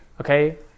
okay